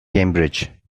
cambridge